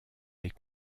les